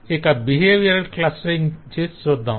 ఇక behaviour clustering చేసి చూద్దాం